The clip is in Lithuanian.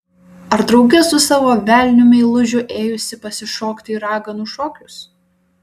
ar drauge su savo velniu meilužiu ėjusi pasišokti į raganų šokius